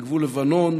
בגבול לבנון,